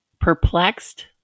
Perplexed